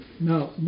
Now